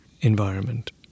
environment